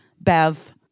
Bev